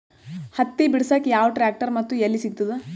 ಹತ್ತಿ ಬಿಡಸಕ್ ಯಾವ ಟ್ರ್ಯಾಕ್ಟರ್ ಮತ್ತು ಎಲ್ಲಿ ಸಿಗತದ?